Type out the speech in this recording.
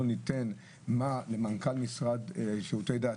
לא ניתן למנכ"ל משרד שירותי דת.